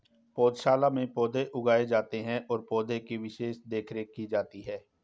पौधशाला में पौधे उगाए जाते हैं और पौधे की विशेष देखरेख की जाती है